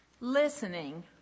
listening